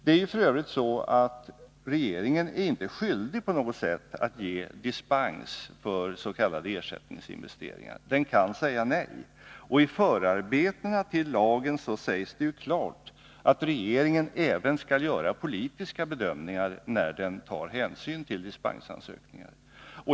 Det är ju f. ö. så att regeringen inte på något sätt är skyldig att ge dispens för s.k. ersättningsinvesteringar — den kan säga nej. Och i förarbetena till lagen sägs det klart att regeringen även skall göra politiska bedömningar när den tar ställning till dispensansökningar.